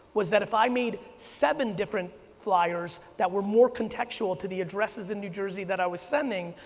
was that if i made seven different flyers that were more contextual to the addresses in new jersey that i was sending,